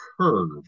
Curve